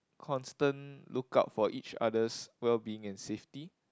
constant lookout for each other's wellbeing and safety